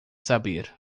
saber